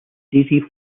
daisy